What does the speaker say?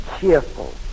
cheerful